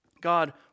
God